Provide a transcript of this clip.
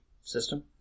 system